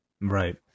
Right